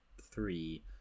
three